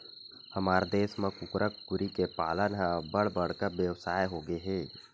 हमर देस म कुकरा, कुकरी के पालन ह अब्बड़ बड़का बेवसाय होगे हे